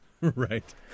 Right